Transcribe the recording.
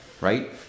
right